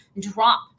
drop